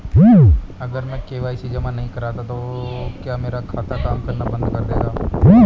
अगर मैं के.वाई.सी जमा नहीं करता तो क्या मेरा खाता काम करना बंद कर देगा?